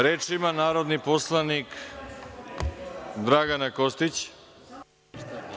Reč ima narodni poslanik Dragana Kostić.